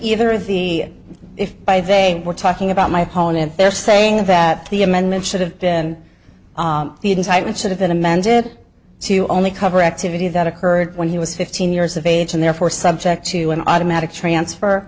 either of the if by they we're talking about my opponent they're saying that the amendment should have been on the inside and should have been amended to only cover activity that occurred when he was fifteen years of age and therefore subject to an automatic transfer